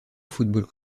football